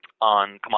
on